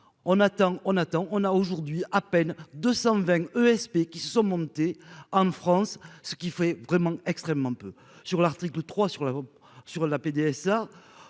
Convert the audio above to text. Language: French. on attend on attend on a aujourd'hui à peine 220 ESP qui sont montées en France, ce qui fait vraiment extrêmement peu sur l'article 3 sur la sur